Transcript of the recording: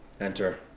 Enter